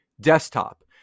desktop